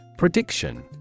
Prediction